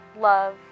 love